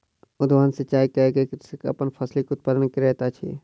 उद्वहन सिचाई कय के कृषक अपन फसिलक उत्पादन करैत अछि